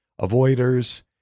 avoiders